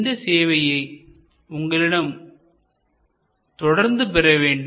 இந்த சேவையை உங்களிடம் ஏன் தொடர்ந்து பெற வேண்டும்